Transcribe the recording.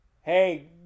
Hey